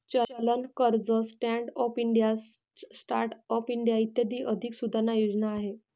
चलन कर्ज, stand up India, start up India इत्यादी आर्थिक सुधारणा योजना आहे